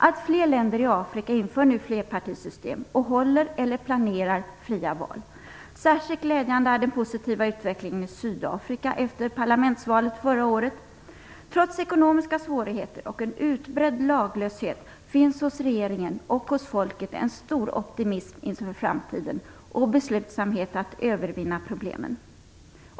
Allt fler länder i Afrika inför nu flerpartisystem och håller eller planerar fria val. Särskilt glädjande är den positiva utvecklingen i Sydafrika efter parlamentsvalet förra året. Trots ekonomiska svårigheter och en utbredd laglöshet finns hos regeringen och hos folket en stor optimism inför framtiden och beslutsamhet att övervinna problemen.